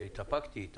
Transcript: שהתאפקתי אתה